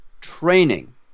training